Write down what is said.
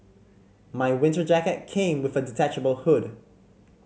my winter jacket came with a detachable hood